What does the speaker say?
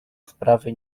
sprawy